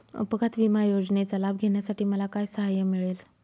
अपघात विमा योजनेचा लाभ घेण्यासाठी मला काय सहाय्य मिळेल?